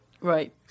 Right